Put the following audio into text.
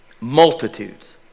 Multitudes